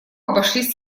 обошлись